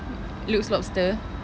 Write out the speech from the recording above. Luke's Lobster